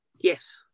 Yes